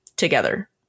together